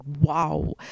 wow